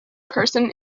person